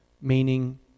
Meaning